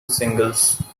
singles